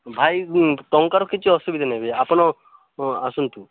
ଭାଇ ଟଙ୍କାର କିଛି ଅସୁବିଧା ନାଇ ବି ଆପଣ ଆସନ୍ତୁ